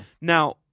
now